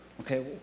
okay